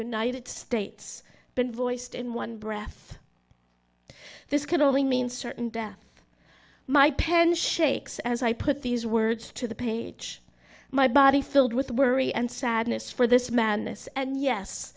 united states been voiced in one breath this can only mean certain death my pen shakes as i put these words to the page my body filled with worry and sadness for this madness and yes